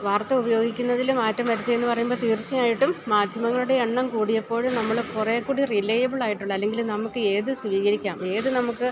വാർത്ത ഉപയോഗിക്കുന്നതില് മാറ്റം വരുത്തിയെന്ന് പറയുമ്പോള് തീർച്ചയായിട്ടും മാദ്ധ്യമങ്ങളുടെ എണ്ണം കൂടിയപ്പോള് നമ്മള് കുറെക്കൂടി റിലെയബിള് ആയിട്ടുള്ള അല്ലെങ്കില് നമുക്കേത് സ്വീകരിക്കാം ഏത് നമുക്ക്